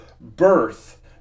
birth